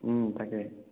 তাকে